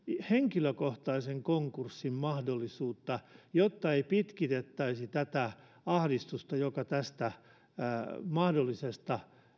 henkilökohtaisen konkurssin mahdollisuutta jotta ei pitkitettäisi tätä ahdistusta joka mahdollisesti